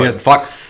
Fuck